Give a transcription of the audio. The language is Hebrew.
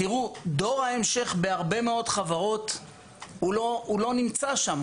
דור ההמשך בהרבה מאוד חברות לא נמצא שם.